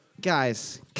Guys